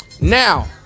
now